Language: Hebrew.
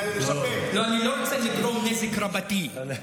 לא, אני לא רוצה לגרום נזק רבתי.